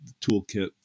toolkit